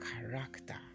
character